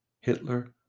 Hitler